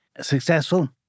successful